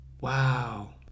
Wow